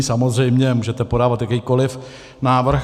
Samozřejmě můžete podávat jakýkoliv návrh.